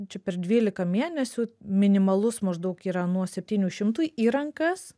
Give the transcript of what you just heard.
čia per dvylika mėnesių minimalus maždaug yra nuo septynių šimtų į rankas